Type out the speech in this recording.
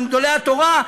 עם גדולי התורה,